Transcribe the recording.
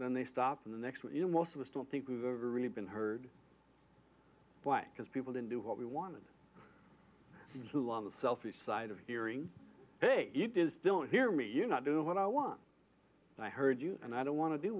then they stop in the next one you know most of us don't think we've ever really been heard black because people didn't do what we wanted to on the selfish side of hearing hey it is don't hear me you not do what i want i heard you and i don't want to do